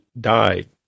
died